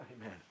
Amen